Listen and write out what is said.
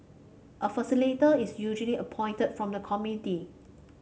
a facilitator is usually appointed from the committee